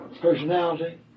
personality